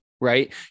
right